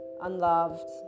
unloved